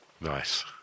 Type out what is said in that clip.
Nice